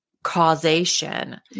causation